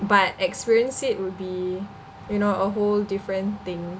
but experience it would be you know a whole different thing